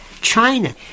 China